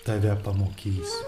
tave pamokysiu